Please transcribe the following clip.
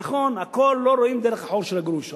נכון, הכול לא רואים דרך החור של הגרוש.